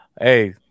hey